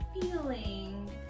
feeling